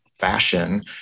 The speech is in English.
fashion